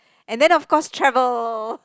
and then of course travel